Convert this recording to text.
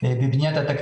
מדובר בתכניות